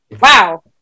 wow